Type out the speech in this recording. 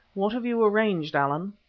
what have you arranged, allan?